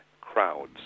crowds